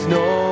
no